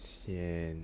sian